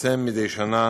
שמתפרסם מדי שנה